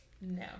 No